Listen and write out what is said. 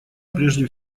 прежде